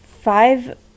five